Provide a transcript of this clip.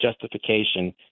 justification